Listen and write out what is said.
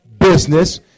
business